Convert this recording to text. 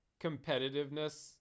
competitiveness